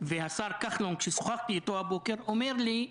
והשר כחלון, כששוחחתי אתו הבוקר אומר לי: